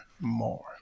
more